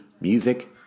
music